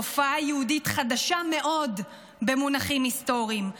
תופעה יהודית חדשה מאוד במונחים היסטוריים,